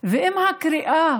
אם הקריאה